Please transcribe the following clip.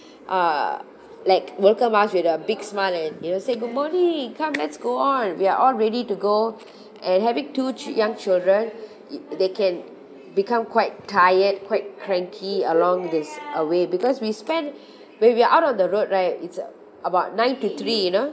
uh like welcome us with a big smile and you know said good morning come let's go on we are all ready to go and having two chi~ young children they can become quite tired quite cranky along this uh way because we spend when we're out of the road right it's at about nine to three you know